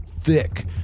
thick